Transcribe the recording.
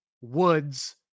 Woods